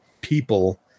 people